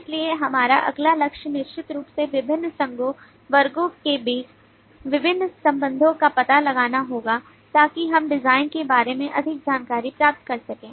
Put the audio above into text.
इसलिए हमारा अगला लक्ष्य निश्चित रूप से विभिन्न संघों वर्गों के बीच विभिन्न संबंधों का पता लगाना होगा ताकि हम डिजाइन के बारे में अधिक जानकारी प्राप्त कर सकें